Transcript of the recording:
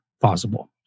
possible